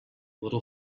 little